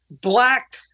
black